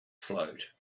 float